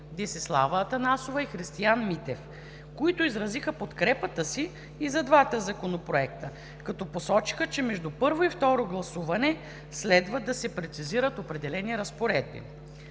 Десислава Атанасова и Христиан Митев, които изразиха подкрепата си и за двата законопроекта, като посочиха, че между първо и второ гласуване следва да се прецизират определени разпоредби.